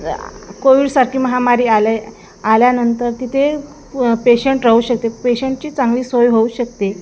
आ कोविडसारखी महामारी आल्या आल्यानंतर तिथे पेशंट राहू शकते पेशंटची चांगली सोय होऊ शकते